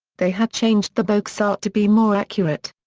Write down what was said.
they had changed the boxart to be more accurate.